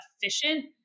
efficient